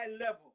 level